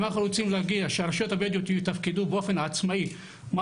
אם אנחנו רוצים שהרשויות הבדואיות יתפקדו באופן עצמאי כמו